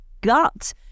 gut